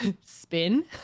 spin